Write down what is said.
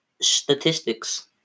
statistics